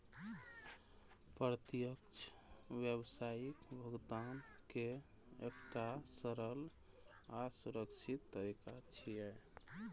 प्रत्यक्ष क्रेडिट व्यावसायिक भुगतान के एकटा सरल आ सुरक्षित तरीका छियै